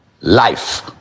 Life